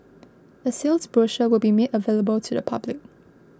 a sales brochure will be made available to the public